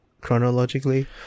chronologically